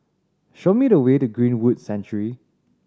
show me the way to Greenwood Sanctuary